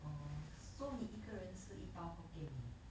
oh so 你一个人吃一包 hokkien mee